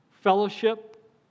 fellowship